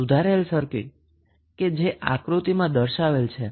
તેથી સુધારેલ સર્કિટ આક્રુતિમાં દર્શાવેલ છે